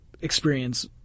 experience